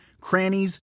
crannies